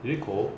is it cold